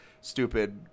stupid